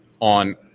on